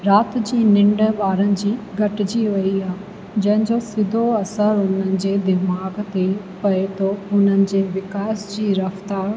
राति जी निन्ड ॿारनि जी घटिजी वई आहे जंहिंजो सिधो असरु हुननि जे दिमाग़ ते पए थो हुननि जे विकास जी रफ़्तार